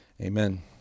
Amen